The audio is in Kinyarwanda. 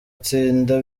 atsinda